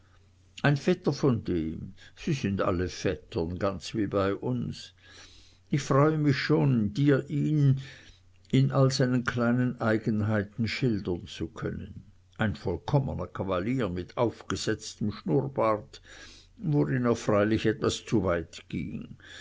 ein vetter von dem sie sind alle vettern ganz wie bei uns ich freue mich schon dir ihn in all seinen kleinen eigenheiten schildern zu können ein vollkommener kavalier mit aufgesetztem schnurrbart worin er freilich etwas zu weit ging